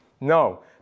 No